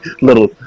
little